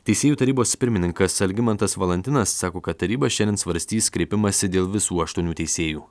teisėjų tarybos pirmininkas algimantas valantinas sako kad taryba šiandien svarstys kreipimąsi dėl visų aštuonių teisėjų